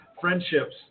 friendships